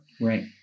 Right